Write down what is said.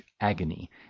agony